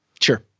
Sure